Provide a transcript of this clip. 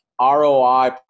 ROI